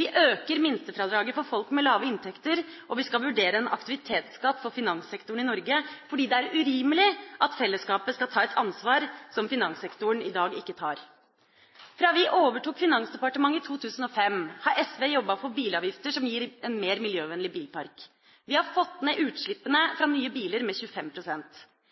Vi øker minstefradraget for folk med lave inntekter, og vi skal vurdere en aktivitetsskatt for finanssektoren i Norge, fordi det er urimelig at fellesskapet skal ta et ansvar som finanssektoren i dag ikke tar. Fra vi overtok Finansdepartementet i 2005, har SV jobbet for bilavgifter som gir en mer miljøvennlig bilpark. Vi har fått ned utslippene fra nye biler med